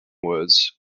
was